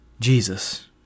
Jesus